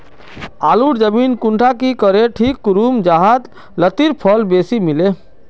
आलूर जमीन कुंडा की करे ठीक करूम जाहा लात्तिर फल बेसी मिले?